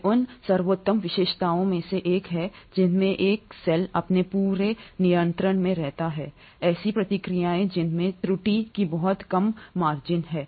ये उन सर्वोत्तम विशेषताओं में से एक हैं जिनमें एक सेल अपने पूरे नियंत्रण में रहता है ऐसी प्रक्रियाएँ जिनमें त्रुटि के बहुत कम मार्जिन हैं